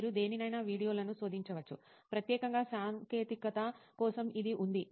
మీరు దేనినైనా వీడియోలను శోధించవచ్చు ప్రత్యేకంగా సాంకేతికత కోసం ఇది ఉంది